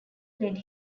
led